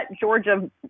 Georgia